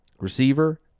receiver